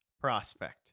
prospect